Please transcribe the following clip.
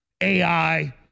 AI